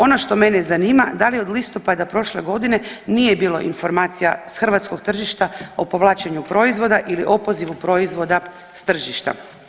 Ono što mene zanima da li od listopada prošle godine nije bilo informacija s hrvatskog tržišta o povlačenju proizvoda ili opozivu proizvoda s tržišta?